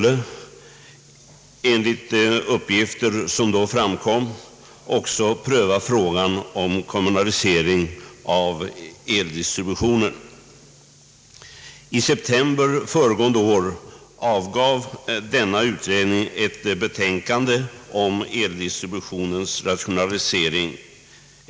Enligt uppgifter som då framkom skulle denna utredning också pröva frågan om kommunalisering av eldistributionen.